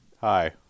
Hi